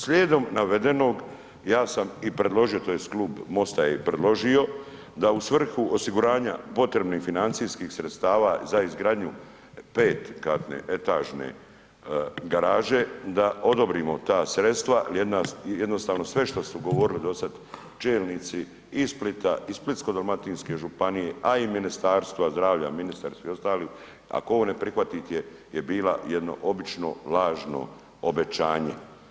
Slijedom navedenog, ja sam i predložio tj. Klub MOST-a je i predložio da u svrhu osiguranja potrebnih financijskih sredstava za izgradnju pet katne etažne garaže da odobrimo ta sredstva, jednostavno sve što su govorili do sada, čelnici i iz Splita i iz Splitsko-dalmatinske županije a i Ministarstva zdravlja, ministar i svi ostali ako ovo ne prihvatite je bila jedno obično lažno obećanje.